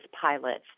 pilots